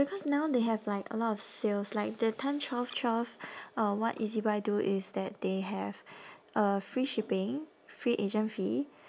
because now they have like a lot of sales like that time twelve twelve or what ezbuy do is that they have a free shipping free agent fee